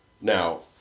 Now